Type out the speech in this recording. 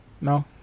no